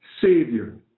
savior